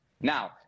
Now